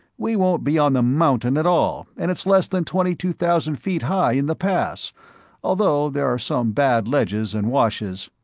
we won't be on the mountain at all, and it's less than twenty two thousand feet high in the pass although there are some bad ledges and washes.